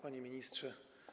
Panie Ministrze!